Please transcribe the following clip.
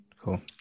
Cool